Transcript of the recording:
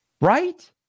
right